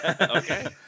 Okay